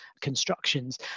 constructions